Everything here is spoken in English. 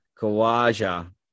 Kawaja